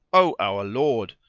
o our lord,